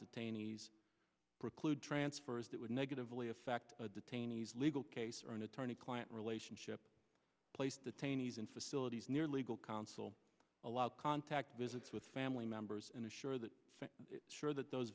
detainees preclude transfers that would negatively effect detainees legal case or an attorney client relationship place detainees in facilities near legal counsel allowed contact visits with family members and assure that sure that those